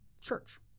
church